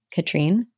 Katrine